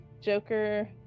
Joker